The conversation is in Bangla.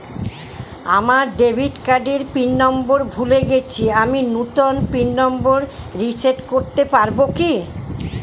আমার ডেবিট কার্ডের পিন নম্বর ভুলে গেছি আমি নূতন পিন নম্বর রিসেট করতে পারবো কি?